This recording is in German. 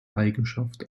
eigenschaft